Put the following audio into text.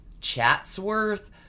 Chatsworth